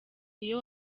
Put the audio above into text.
iyo